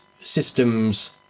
systems